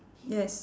yes